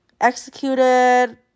executed